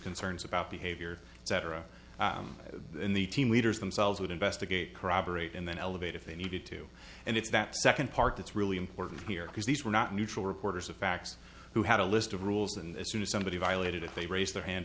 concerns about behavior etc in the team leaders themselves would investigate corroborate and then elevate if they needed to and it's that second part that's really important here because these were not neutral reporters of facts who had a list of rules and as soon as somebody violated it they raise their hand